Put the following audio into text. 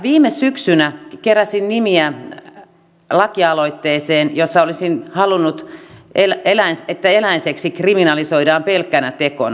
viime syksynä keräsin nimiä lakialoitteeseen jossa olisin halunnut että eläinseksi kriminalisoidaan pelkkänä tekona